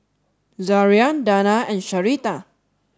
Zaria Danna and Sharita